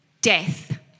death